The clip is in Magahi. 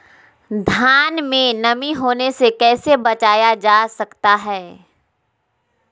धान में नमी होने से कैसे बचाया जा सकता है?